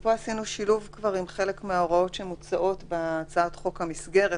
פה עשינו שילוב עם חלק מההוראות שמוצעות בהצעת חוק המסגרת,